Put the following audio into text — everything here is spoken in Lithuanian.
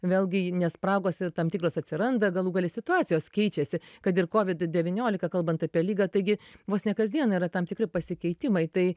vėlgi ne spragos ir tam tikros atsiranda galų gale situacijos keičiasi kad ir covid devyniolika kalbant apie ligą taigi vos ne kasdien yra tam tikri pasikeitimai tai